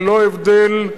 ללא הבדל,